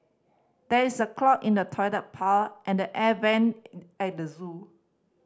there is a clog in the toilet and the air vent at the zoo